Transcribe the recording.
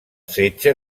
setge